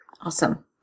Awesome